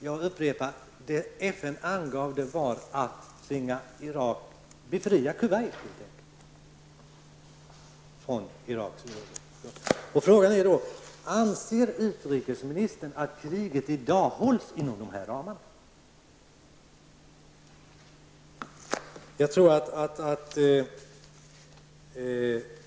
FN har angivit att Kuwait skall befrias från Irak. Anser utrikesministern att kriget i dag hålls inom de ramarna?